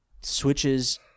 switches